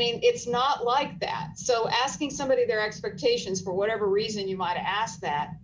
mean it's not like that so asking somebody their expectations for whatever reason you might ask that